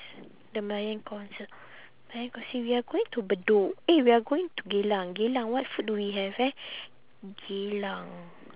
The Malayan Council we are going to bedok eh we are going to geylang geylang what food do we have eh geylang